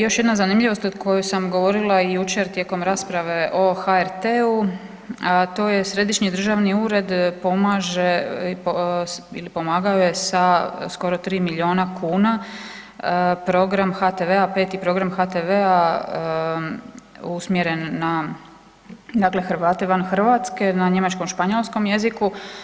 Još jedna zanimljivost koju sam govorila jučer tijekom rasprave o HRT-u, a to je Središnji državni ured pomaže ili pomagao je sa skoro tri milijuna kuna program HTV-a, peti program HTV-a usmjeren na, dakle Hrvate van Hrvatske na njemačkom, španjolskom jeziku.